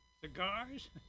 cigars